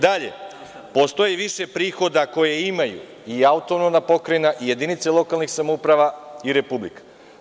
Dalje, postoji više prohoda koje imaju i AP i jedinice lokalnih samouprava i Republika.